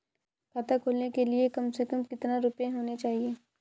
खाता खोलने के लिए कम से कम कितना रूपए होने चाहिए?